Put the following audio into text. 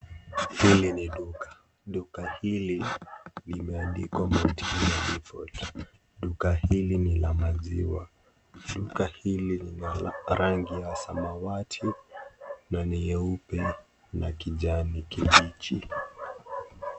Hili ni duka, duka hili limeandikwa, Mt Kenya Milk Depot. Duka hili ni la maziwa. Duka hili lina rangi ya samawati na ni nyeupe na kijani kibichi.